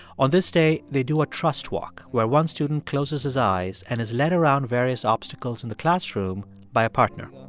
on this day, they do a trust walk where one student closes his eyes and is led around various obstacles in the classroom by a partner